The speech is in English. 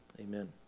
Amen